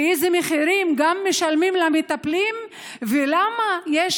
וגם איזה מחירים משלמים למטפלים ולמה יש